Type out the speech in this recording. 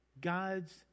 God's